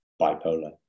bipolar